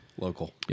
Local